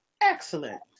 Excellent